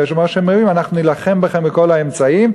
אנחנו נילחם בכם בכל האמצעים,